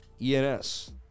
ENS